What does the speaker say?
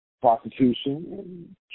prostitution